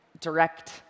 direct